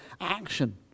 action